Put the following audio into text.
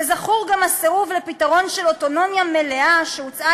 וזכור גם הסירוב לפתרון של אוטונומיה מלאה שהוצעה